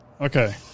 Okay